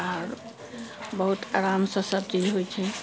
आर बहुत आरामसँ सभ चीज होइ छै